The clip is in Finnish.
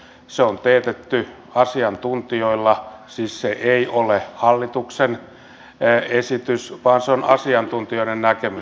se on teetetty asiantuntijoilla se siis ei ole hallituksen esitys vaan se on asiantuntijoiden näkemys